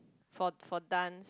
for for dance